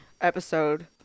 episode